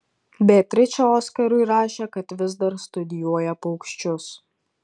beatričė oskarui rašė kad vis dar studijuoja paukščius